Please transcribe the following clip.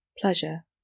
Pleasure